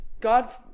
God